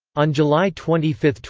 on july twenty five,